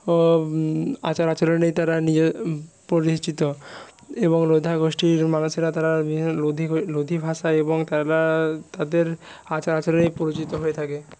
ও আচার আচরণেই তারা নিজে পরিচিত এবং লোধা গোষ্ঠীর মানুষেরা তারা লোধী লোধী ভাষা এবং তারা তাদের আচার আচরণেই পরিচিত হয়ে থাকে